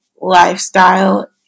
Lifestyle